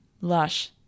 lush